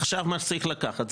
עכשיו מה שצריך לקחת,